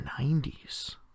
90s